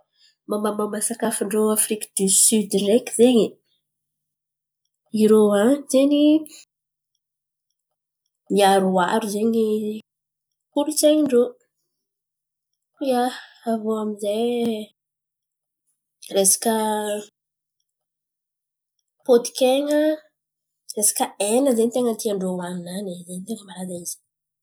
Momba momba sakafon-drô Afriky disiody ndreky izen̈y. Irô an̈y zen̈y miaroaro zen̈y kolontsain̈y ndrô. Ia, avô amy izay resaka pôtiky hen̈a, resaka hen̈a zen̈y ten̈a tian-drô ahan̈iny an̈y malaza izy an̈y.